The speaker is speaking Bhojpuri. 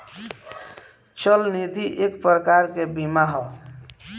चल निधि एक प्रकार के बीमा ह